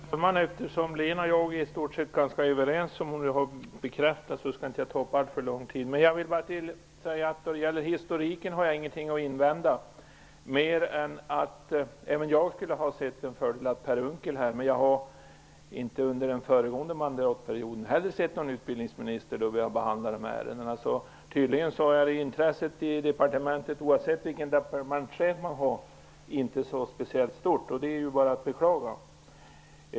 Herr talman! Eftersom Lena och jag i stort sett är ganska överens, vilket hon nu har bekräftat, skall jag inte ta upp alltför lång taletid. Jag vill bara säga att jag inte har några invändningar vad gäller historiken. Även jag skulle ha sett det som en fördel att ha Per Unckel här, men jag såg inte till någon utbildningsminister under den förra mandatperioden heller, när vi behandlade dessa ärenden. Tydligen är intresset i departementet inte speciellt stort, oavsett vilken departementschef vi har. Det är bara att beklaga.